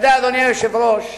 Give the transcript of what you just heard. אדוני היושב-ראש,